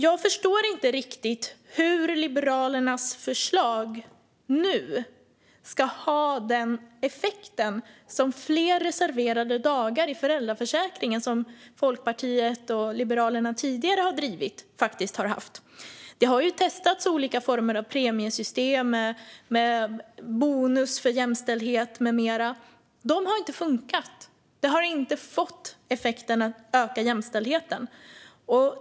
Jag förstår inte riktigt hur Liberalernas förslag ska få samma effekt som fler reserverade dagar i föräldraförsäkringen, som Folkpartiet och Liberalerna tidigare drev, faktiskt fått. Det har testats olika former av premiesystem, som bonus för jämställdhet med mera, men de har inte funkat och inte gett ökad jämställdhet.